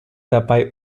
dabei